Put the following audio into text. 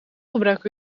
gebruik